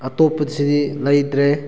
ꯑꯇꯣꯞꯄꯁꯤꯗꯤ ꯂꯩꯇ꯭ꯔꯦ